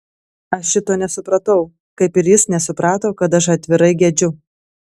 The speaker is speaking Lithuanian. aš šito nesupratau kaip ir jis nesuprato kad aš atvirai gedžiu